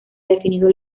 definido